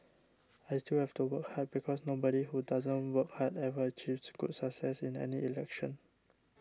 I still have to work hard because nobody who doesn't work hard ever achieves good success in any election